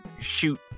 shoot